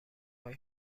های